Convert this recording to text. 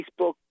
Facebook